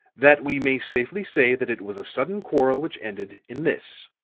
that we may safely say that it was a sudden quarrel which ended in this,